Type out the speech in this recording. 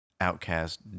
Outcast